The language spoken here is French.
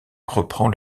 reprend